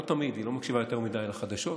לא תמיד, היא לא מקשיבה יותר מדי לחדשות,